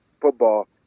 football